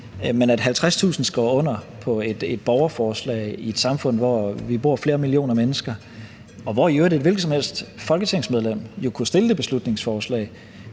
Men at 50.000 skriver under på et borgerforslag i et samfund, hvor vi bor flere millioner mennesker, og hvor i øvrigt et hvilket som helst folketingsmedlem jo kunne fremsætte det beslutningsforslag,